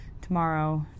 tomorrow